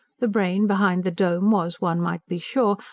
the brain behind the dome was, one might be sure,